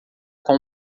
com